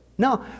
No